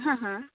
ಹಾಂ ಹಾಂ